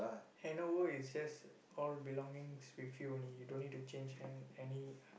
handover is just all belongings with you only you don't need to change an~ any